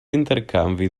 intercanvi